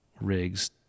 rigs